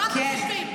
מה אתם חושבים,